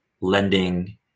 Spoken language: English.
lending